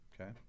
Okay